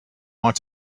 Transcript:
want